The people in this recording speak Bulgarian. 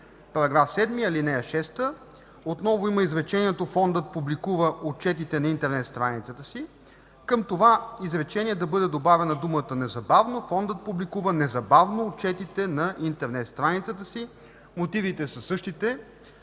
7 –§ 7, ал. 6, отново има изречение „Фондът публикува отчетите на интернет страницата си.”. Към това изречение да бъде добавена думата „незабавно”. Текстът става: „Фондът публикува незабавно отчетите на интернет страницата си.”. Мотивите са същите.